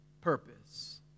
purpose